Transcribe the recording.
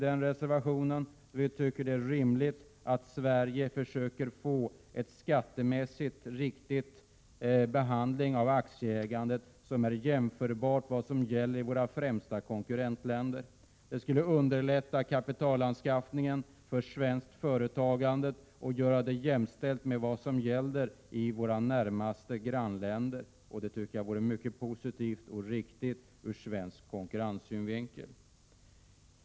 Det är rimligt att Sverige försöker få en skattemässigt riktig behandling av aktieägandet som är jämförbar med vad som gäller i våra främsta konkurrentländer. Det skulle underlätta kapitalanskaffningen för svenskt företagande och göra det jämställt med företagandet i våra närmaste grannländer. Det vore mycket positivt och riktigt ur svensk konkurrenssynvinkel.